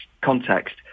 context